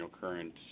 current